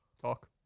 Talk